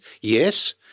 Yes